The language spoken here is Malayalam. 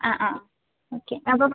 ആ ആ ഓക്കെ അപ്പം